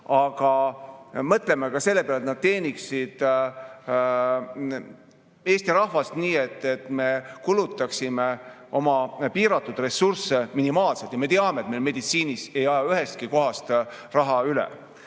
aga mõtleme ka selle peale, et nad teeniksid Eesti rahvast nii, et me kulutaksime oma piiratud ressursse minimaalselt. Me teame, et meil meditsiinis ei aja ühestki kohast raha üle.